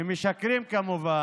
ומשקרים, כמובן,